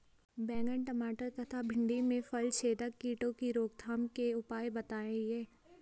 बैंगन टमाटर तथा भिन्डी में फलछेदक कीटों की रोकथाम के उपाय बताइए?